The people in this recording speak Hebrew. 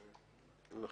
האם שרת המשפטים הסכימה,